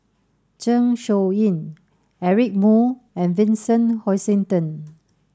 Zeng Shouyin Eric Moo and Vincent Hoisington